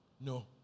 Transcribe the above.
No